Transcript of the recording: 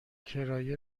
کرایه